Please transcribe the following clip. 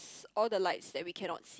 it's all the lights that we cannot see